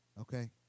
Okay